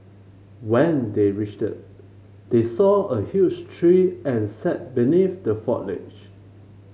when they reached they saw a huge tree and sat beneath the foliage